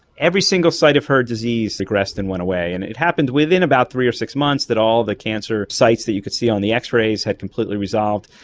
every single site of her disease regressed and went away, and it happened within about three or six months that all the cancer sites that you could see on the x-rays had completely completely resolved.